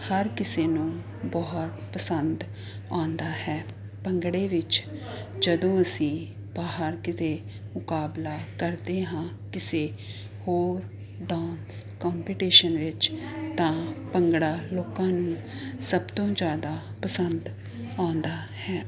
ਹਰ ਕਿਸੇ ਨੂੰ ਬਹੁਤ ਪਸੰਦ ਆਉਂਦਾ ਹੈ ਭੰਗੜੇ ਵਿੱਚ ਜਦੋਂ ਅਸੀਂ ਬਾਹਰ ਕਿਤੇ ਮੁਕਾਬਲਾ ਕਰਦੇ ਹਾਂ ਕਿਸੇ ਹੋਰ ਡਾਂਸ ਕੰਪੀਟੀਸ਼ਨ ਵਿੱਚ ਤਾਂ ਭੰਗੜਾ ਲੋਕਾਂ ਨੂੰ ਸਭ ਤੋਂ ਜ਼ਿਆਦਾ ਪਸੰਦ ਆਉਂਦਾ ਹੈ